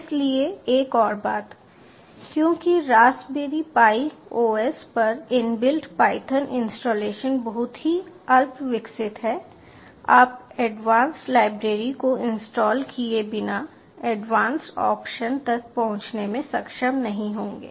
इसलिए एक और बात क्योंकि रास्पबेरी पाई OS पर इनबिल्ट पायथन इंस्टॉलेशन बहुत ही अल्पविकसित है आप एडवांस्ड लाइब्रेरी को इंस्टॉल किए बिना एडवांस्ड ऑप्शन तक पहुंचने में सक्षम नहीं होंगे